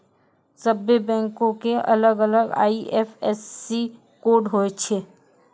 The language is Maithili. सभ्भे बैंको के अलग अलग आई.एफ.एस.सी कोड होय छै